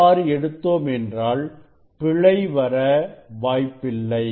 அவ்வாறு எடுத்தோம் என்றால் பிழை வர வாய்ப்பில்லை